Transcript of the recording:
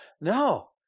no